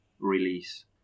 Release